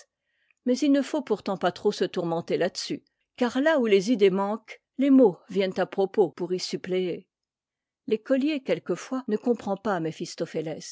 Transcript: mais il ne faut pourtant pas trop se tourmenter là-dessus car là où tes c idées manquent les mots viennent à propos pour y suppléer l'écolier quelquefois ne comprend pas